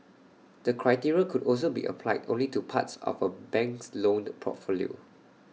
the criteria could also be applied only to parts of A bank's portfolio